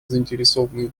заинтересованные